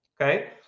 okay